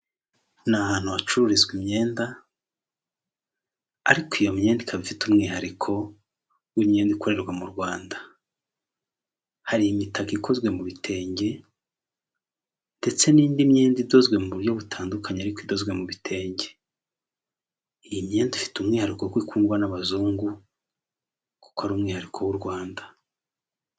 Umukandida wiyamamariza kuba perezida wa repubulika w'ishyaka rya green gurini pate Frank Habineza ari kwiyamamaza abanyamakuru bagenda bamufotora abamwungirije n'abamuherekeje bamugaragiye abaturage bitabiriye inyuma ya senyegi yaho ari bitabiriye baje kumva ibyo abagezaho.